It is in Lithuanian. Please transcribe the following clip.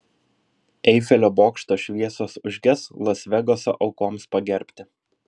eifelio bokšto šviesos užges las vegaso aukoms pagerbti